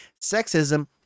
sexism